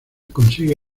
consigue